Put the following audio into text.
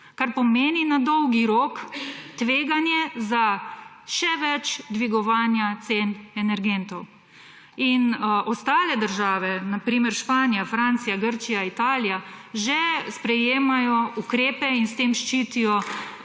Kar pomeni na dolgi rok tveganje za še več dvigovanja cen energentov. Ostale države, na primer Španija, Francija, Grčija, Italija, že sprejemajo ukrepe in s tem ščitijo